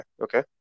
okay